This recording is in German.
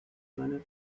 seiner